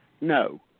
No